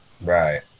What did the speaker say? Right